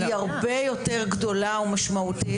היא הרבה יותר גדולה ומשמעותית',